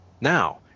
now